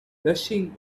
rushing